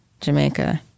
Jamaica